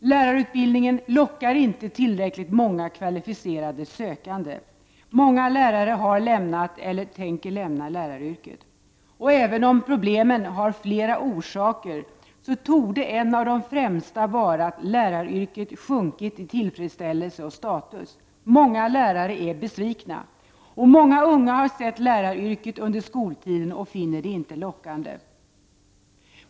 Lärarutbildningen lockar inte tillräckligt många kvalificerade sökande. Många lärare har lämnat eller tänker lämna läraryrket. Även om problemen har flera orsaker, torde en av de främsta vara att läraryrket sjunkit i tillfredsställelse och status. Många lärare är besvikna. Många unga har sett läraryrket under skoltiden och finner det inte lockande.